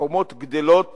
החומות גדלות